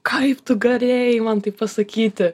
kaip tu galėjai man tai pasakyti